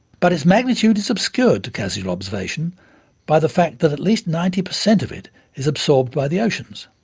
but its magnitude is obscured to casual observation by the fact that at least ninety percent of it is absorbed by the oceans.